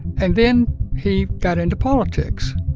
and then he got into politics.